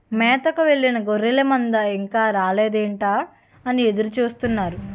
మేతకు వెళ్ళిన గొర్రెల మంద ఇంకా రాలేదేంటా అని ఎదురు చూస్తున్నాను